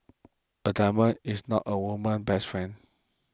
a diamond is not a woman's best friend